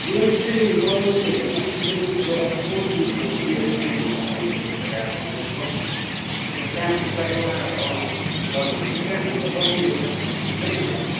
गियरमा चाहिँ प्रबलम के भने अब त्यो जुन एउटा स्मुथनेस आएर गियर चेन्ज हुनुपर्ने त्यो चाहिँ भइरहेको छैन बुझ्नुभयो त्यो कहाँभित्र एउटा हजुर त्यो कहाँभित्र अड्किने छ टाइपको छ हुन्छ नि एउटा